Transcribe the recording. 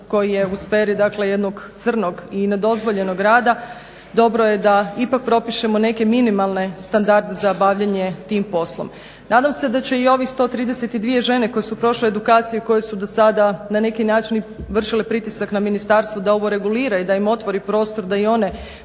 koji je u sferi jednog crnog i nedozvoljenog rada dobro je da ipak propišemo neke minimalne standarde za bavljenje tim poslom. Nadam se da će i ove 132 žene koje su prošle edukaciju i koje su do sada na neki način vršile pritisak na Ministarstvo da ovo regulira i da im otvori prostor da i one